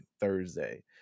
Thursday